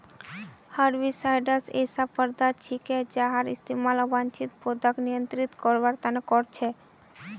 herbicides ऐसा पदार्थ छिके जहार इस्तमाल अवांछित पौधाक नियंत्रित करवार त न कर छेक